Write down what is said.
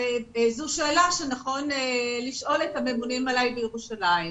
זו שאלה שנכון לשאול את הממונים עלי בירושלים.